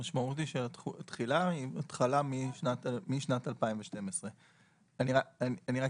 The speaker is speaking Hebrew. המשמעות היא שהתחילה היא משנת 2012. אני רק